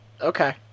Okay